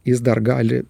jis dar gali